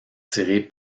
tirer